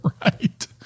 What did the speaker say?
Right